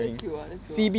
that's good [what] that's good [what]